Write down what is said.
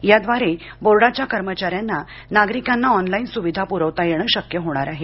याद्वारे बोर्डाच्या कर्मचार्यांना नागरिकांना ऑनलाइन सुविधा प्रविता येणं शक्य होणार आहे